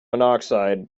monoxide